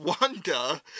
wonder